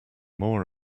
more